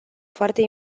foarte